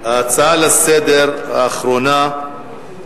ההצעה האחרונה לסדר-היום: